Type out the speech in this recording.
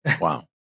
Wow